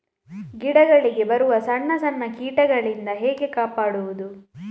ಗಿಡಗಳಿಗೆ ಬರುವ ಸಣ್ಣ ಸಣ್ಣ ಕೀಟಗಳಿಂದ ಹೇಗೆ ಕಾಪಾಡುವುದು?